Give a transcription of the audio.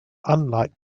unlike